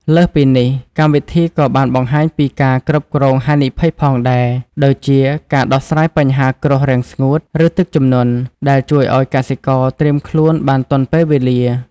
លើសពីនេះ កម្មវិធីក៏បានបង្ហាញពីការគ្រប់គ្រងហានិភ័យផងដែរ ដូចជាការដោះស្រាយបញ្ហាគ្រោះរាំងស្ងួត ឬទឹកជំនន់ ដែលជួយឲ្យកសិករត្រៀមខ្លួនបានទាន់ពេលវេលា។